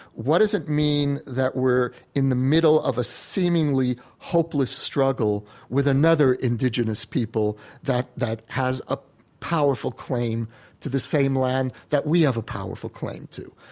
what does it mean that we're in the middle of a seemingly hopeless struggle with another indigenous people that that has a powerful claim to the same land that we have a powerful claim to?